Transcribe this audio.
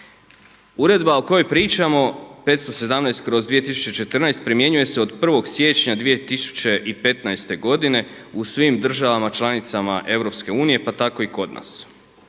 Uredba o kojoj pričamo 517/2014. primjenjuje se od 1. siječnja 2015. godine u svim državama članicama EU pa tako i kod nas.